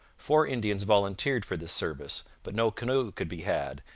four indians volunteered for this service, but no canoe could be had,